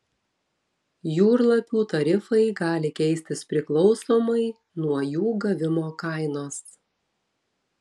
jūrlapių tarifai gali keistis priklausomai nuo jų gavimo kainos